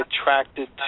attracted